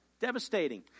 Devastating